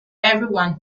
everyone